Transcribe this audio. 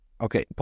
Okay